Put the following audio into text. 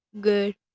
Good